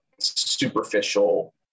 superficial